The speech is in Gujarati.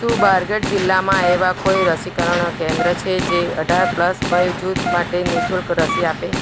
શું બારગઢ જિલ્લામાં એવાં કોઈ રસીકરણ કેન્દ્ર છે જે અઢાર પ્લસ વયજૂથ માટે નિઃશુલ્ક રસી આપે